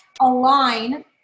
align